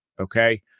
Okay